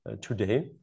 today